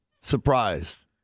surprised